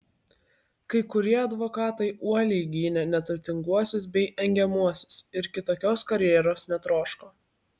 kai kurie advokatai uoliai gynė neturtinguosius bei engiamuosius ir kitokios karjeros netroško